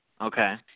Okay